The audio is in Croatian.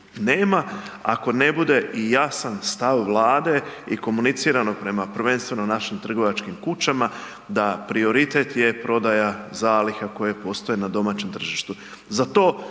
nema ako ne bude i jasan stav Vlade i komuniciranog prema prvenstveno našim trgovačkim kućama da prioritet je prodaja zaliha koje postoje na domaćem tržištu.